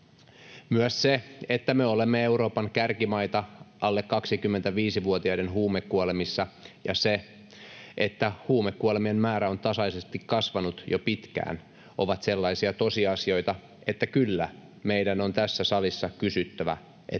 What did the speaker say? Myös se, että me olemme Euroopan kärkimaita alle 25-vuotiaiden huumekuolemissa, ja se, että huumekuolemien määrä on tasaisesti kasvanut jo pitkään, ovat sellaisia tosiasioita, että kyllä meidän on tässä salissa kysyttävä, mitä